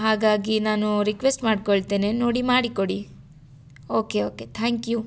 ಹಾಗಾಗಿ ನಾನು ರಿಕ್ವೆಸ್ಟ್ ಮಾಡ್ಕೊಳ್ತೇನೆ ನೋಡಿ ಮಾಡಿ ಕೊಡಿ ಓಕೆ ಓಕೆ ಥ್ಯಾಂಕ್ ಯು